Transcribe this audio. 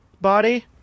body